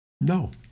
No